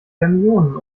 fermionen